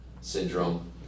syndrome